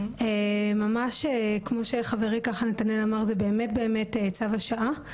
ממש כמו שחברי נתנאל אמר, זה באמת צו השעה.